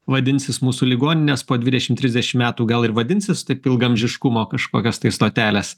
vadinsis mūsų ligoninės po dvidešim trisdešim metų gal ir vadinsis taip ilgaamžiškumo kažkokios tai stotelės